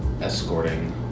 escorting